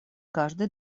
каждой